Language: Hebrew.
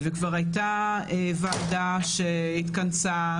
כבר הייתה ועדה שהתכנסה,